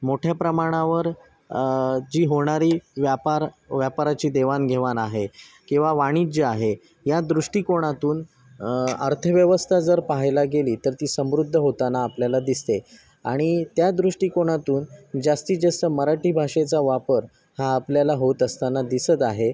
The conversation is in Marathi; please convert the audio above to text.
मोठ्या प्रमाणावर जी होणारी व्यापार व्यापाराची देवाणघेवाण आहे किंवा वाणिज्य आहे या दृष्टीकोनातून अर्थव्यवस्था जर पाहायला गेली तर ती समृद्ध होताना आपल्याला दिसते आणि त्या दृष्टिकोनातून जास्तीत जास्त मराठी भाषेचा वापर हा आपल्याला होत असताना दिसत आहे